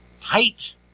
tight